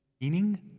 meaning